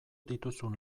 dituzun